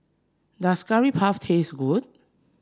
does Curry Puff taste good